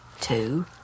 two